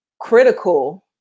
critical